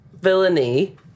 villainy